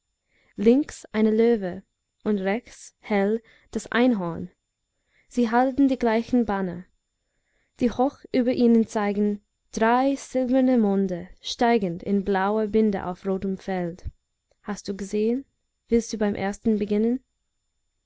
links ein löwe und rechts hell das einhorn sie halten die gleichen banner die hoch über ihnen zeigen drei silberne monde steigend in blauer binde auf rotem feld hast du gesehen willst du beim ersten beginnen